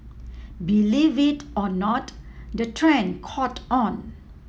believe it or not the trend caught on